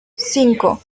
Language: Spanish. cinco